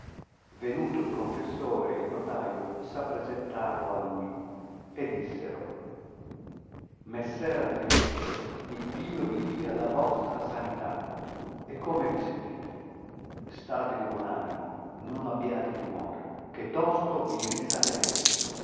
venuto il confessore e il notaio s appresentaro a lui e dissero messer andrigetto iddio vi dia la vostra sanità e come vi sentite state di buon animo non abbiate timore che tosto vi risanarete